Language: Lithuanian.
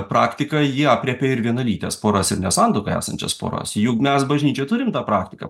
praktika ji aprėpia ir vienalytes poras ir ne santuokoj esančias poras juk mes bažnyčioj turim tą praktiką